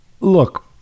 look